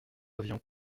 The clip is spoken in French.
avion